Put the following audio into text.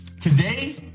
today